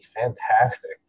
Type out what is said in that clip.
fantastic